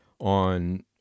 on